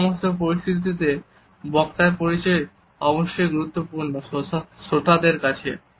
এই সমস্ত পরিস্থিতিতে বক্তার পরিচয় অবশ্যই গুরুত্বপূর্ণ শ্রোতাদের কাছে